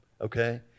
okay